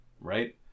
right